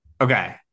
Okay